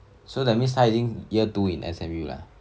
so that means 她已经 year two in S_M_U 了 ah